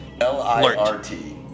L-I-R-T